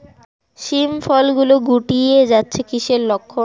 শিম ফল গুলো গুটিয়ে যাচ্ছে কিসের লক্ষন?